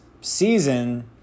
season